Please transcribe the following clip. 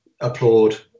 applaud